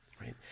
right